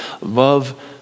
love